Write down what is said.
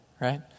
right